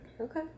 Okay